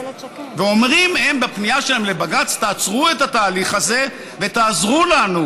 אומרים הם בפנייה שלהם לבג"ץ: תעצרו את התהליך הזה ותעזרו לנו,